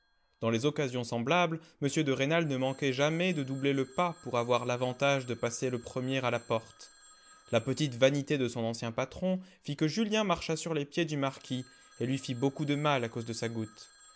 dans les occasions semblables m de rênal ne manquait jamais de doubler le pas pour avoir l'avantage de passer le premier à la porte la petite vanité de son ancien patron fit que julien marcha sur les pieds du marquis et lui fit beaucoup de mal à cause de sa goutte